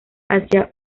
hacia